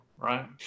right